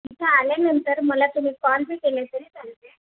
इथे आल्यानंतर मला तुम्ही कॉल बी केले तरी चालते